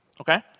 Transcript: Okay